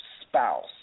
spouse